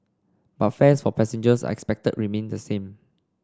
but fares for passengers are expected to remain the same